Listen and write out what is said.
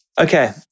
Okay